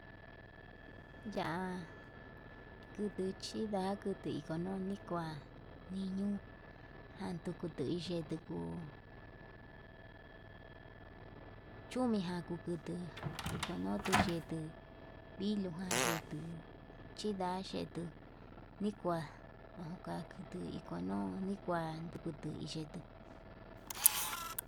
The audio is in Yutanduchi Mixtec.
Ya'a kutu xhinda kukunoi kua niño, antukutu yei tuku chumijan kukutu ikono tuu yetuu vilujan yetuu, chia yetuu nikua kutunu ndukutu hiyetu.